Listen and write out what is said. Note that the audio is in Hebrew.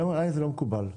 עלי זה לא מקובל.